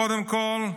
קודם כול,